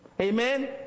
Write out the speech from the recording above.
Amen